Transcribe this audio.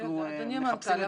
אדוני המנכ"ל,